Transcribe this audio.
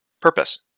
Purpose